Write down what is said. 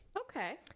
Okay